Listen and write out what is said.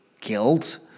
guilt